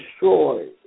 destroyed